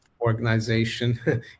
organization